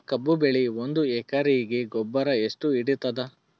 ಕಬ್ಬು ಬೆಳಿ ಒಂದ್ ಎಕರಿಗಿ ಗೊಬ್ಬರ ಎಷ್ಟು ಹಿಡೀತದ?